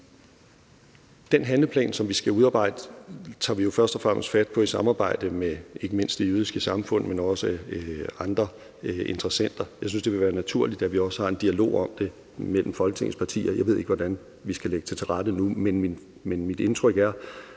Den handleplan, som vi skal udarbejde, tager vi jo først og fremmest fat på i samarbejde med ikke mindst Det Jødiske Samfund, men også andre interessenter. Jeg synes, det vil være naturligt, at vi også har en dialog om det mellem Folketingets partier. Jeg ved ikke, hvordan vi skal lægge det til rette nu, men mit indtryk er,